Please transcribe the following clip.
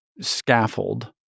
scaffold